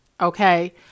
okay